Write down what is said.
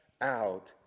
out